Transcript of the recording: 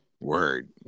Word